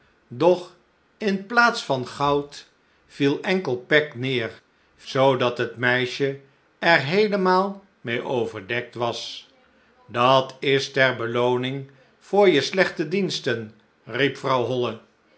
doch in plaats van goud j j a goeverneur oude sprookjes viel enkel pek neêr zoodat het meisje er heelemaal meê overdekt was dat is ter belooning voor je slechte diensten riep vrouw holle